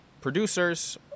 producers